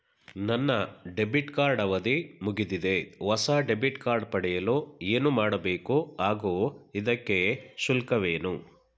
ನನ್ನ debit card ಅವಧಿ ಮುಗಿದಿದೆ ಹೊಸ ಡೆಬಿಟ್ ಕಾರ್ಡ್ ಪಡೆಯಲು ಏನು ಮಾಡಬೇಕು ಹಾಗೂ ಇದಕ್ಕೆ ಶುಲ್ಕವೇನು?